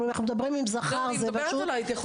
אנחנו מדברים בלשון זכר,